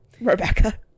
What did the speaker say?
Rebecca